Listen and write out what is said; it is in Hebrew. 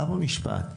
למה משפט?